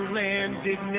landed